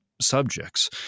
subjects